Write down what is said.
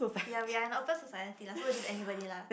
ya we are in open society lah so it's just anybody lah